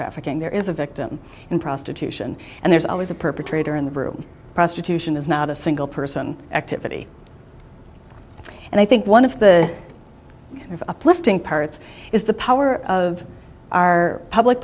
trafficking there is a victim in prostitution and there's always a perpetrator in the room prostitution is not a single person activity and i think one of the of uplifting parts is the power of our public